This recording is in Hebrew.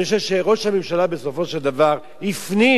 אני חושב שראש הממשלה, בסופו של דבר, הפנים